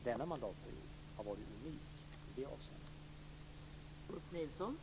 Denna mandatperiod har varit unik i det avseendet.